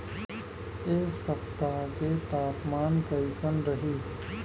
एह सप्ताह के तापमान कईसन रही?